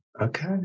Okay